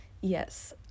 yes